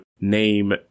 name